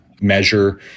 measure